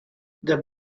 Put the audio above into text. their